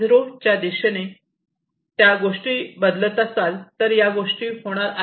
च्या दिशेने गोष्टी बदलत असाल तर या गोष्टी होणार आहेत